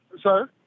Sir